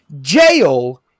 Jail